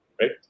Right